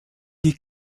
die